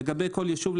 לגבי כל יישוב,